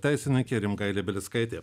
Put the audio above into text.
teisininkė rimgailė belickaitė